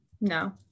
no